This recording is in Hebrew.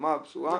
חומה בצורה.